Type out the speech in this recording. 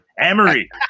Amory